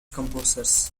composers